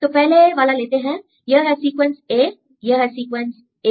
तो पहले वाला लेते हैं यह है सीक्वेंस a यह है सीक्वेंस a